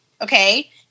Okay